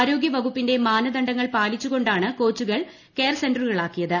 ആരോഗ്യ വകുപ്പിന്റെ മാനദണ്ഡങ്ങൾ പാലി ച്ചു കൊണ്ടാണ് കോച്ചുകൾ കെയർ സെന്ററുകളാക്കിയത്